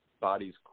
bodies